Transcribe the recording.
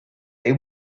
they